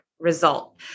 Result